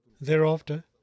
Thereafter